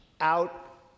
out